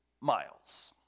miles